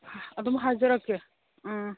ꯑꯗꯨꯝ ꯍꯥꯏꯖꯔꯛꯀꯦ ꯑꯥ